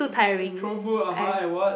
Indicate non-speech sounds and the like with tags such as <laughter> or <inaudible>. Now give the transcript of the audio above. <breath> throw food (uh huh) and what